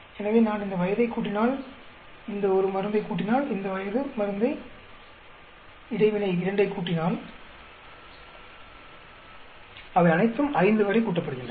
எனவே நான் இந்த 2 வயதைகூட்டினால் இந்த ஒரு மருந்தைகூட்டினால் இந்த வயது மருந்தை இடைவினை இரண்டை கூட்டினால் அவை அனைத்தும் 5 வரை கூட்டப்படுகின்றன